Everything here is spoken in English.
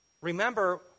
remember